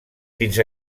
fins